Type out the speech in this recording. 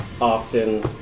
often